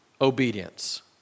obedience